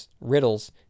riddles